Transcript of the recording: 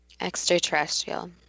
Extraterrestrial